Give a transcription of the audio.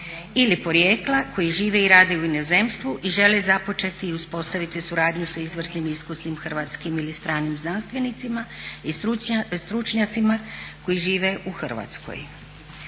ili porijekla koji žive i rade u inozemstvu i žele započeti i uspostaviti suradnju sa izvrsnih, iskusnim hrvatskim ili stranim znanstvenicima i stručnjacima koji žive u Hrvatskoj."